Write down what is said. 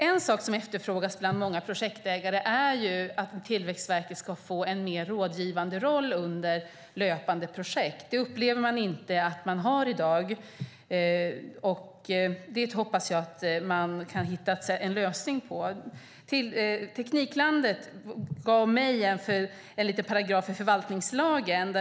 En sak som efterfrågas bland många projektägare är att Tillväxtverket ska få en mer rådgivande roll under löpande projekt. Det upplever man inte att man har i dag. Det hoppas jag att det går att hitta en lösning på. Tekniklandet visade mig en paragraf i förvaltningslagen.